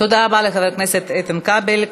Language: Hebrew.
תודה רבה לחבר הכנסת איתן כבל.